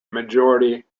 majority